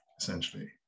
essentially